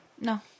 No